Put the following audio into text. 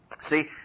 See